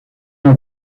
know